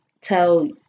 tell